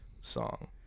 song